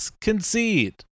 concede